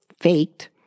faked